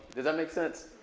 does that make sense?